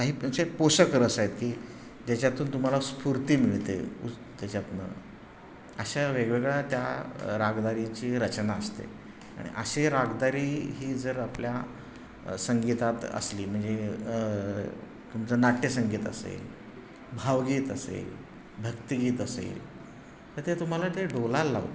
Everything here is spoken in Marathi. काही म्हणजे पोषक रस आहेत की ज्याच्यातून तुम्हाला स्फूर्ती मिळते त्याच्यातून अशा वेगवेगळ्या त्या रागदारीची रचना असते आणि अशी रागदारी ही जर आपल्या संगीतात असली म्हणजे तुमचं नाट्य संगीत असेल भावगीत असेल भक्तिगीत असेल तर ते तुम्हाला ते डोलायला लावतं